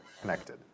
connected